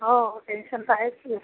हो टेन्शन तर आहेच ना